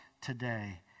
today